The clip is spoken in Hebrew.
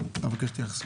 אבקש התייחסות.